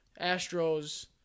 Astros